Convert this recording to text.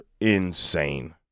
insane